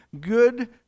good